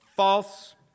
False